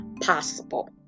possible